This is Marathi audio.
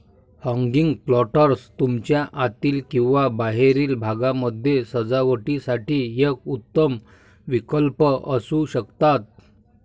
हँगिंग प्लांटर्स तुमच्या आतील किंवा बाहेरील भागामध्ये सजावटीसाठी एक उत्तम विकल्प असू शकतात